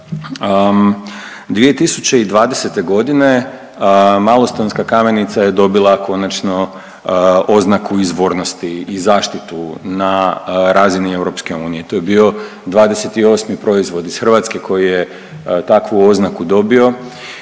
2020. godine malostonska kamenica je dobila konačno oznaku izvornosti i zaštitu na razini EU. To je bio 28 proizvod iz Hrvatske koji je takvu oznaku dobio